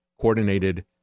coordinated